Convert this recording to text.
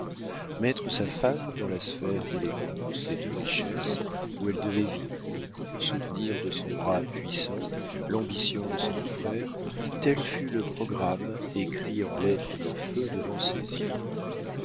mettre sa femme dans la sphère d'élégance et de richesse où elle devait vivre soutenir de son bras puissant l'ambition de son frère tel fut le programme écrit en lettres de feu devant ses yeux